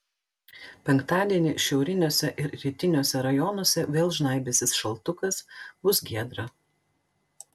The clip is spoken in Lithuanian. penktadienį šiauriniuose ir rytiniuose rajonuose vėl žnaibysis šaltukas bus giedra